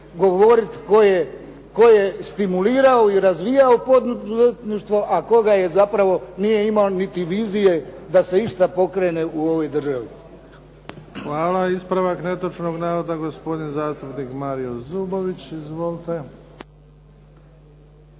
govoriti tko je stimulirao i razvijao poduzetništvo a tko ga je zapravo, nije imao niti vizije da se išta pokrene u ovoj državi. **Bebić, Luka (HDZ)** Hvala. Ispravak netočnog navoda, gospodin zastupnik Mario Zubović. **Zubović,